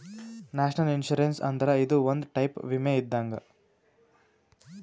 national insurance ಅಂದ್ರ ಇದು ಒಂದ್ ಟೈಪ್ ವಿಮೆ ಇದ್ದಂಗ್